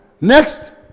Next